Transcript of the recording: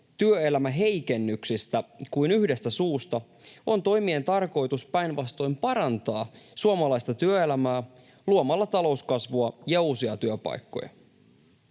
työelämäheikennyksistä kuin yhdestä suusta, on toimien tarkoitus päinvastoin parantaa suomalaista työelämää luomalla talouskasvua ja uusia työpaikkoja.